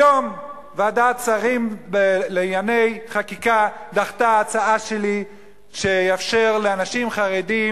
היום ועדת שרים לענייני חקיקה דחתה הצעה שלי לאפשר לאנשים חרדים